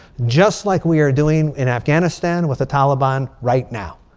just like we are doing in afghanistan with the taliban right now.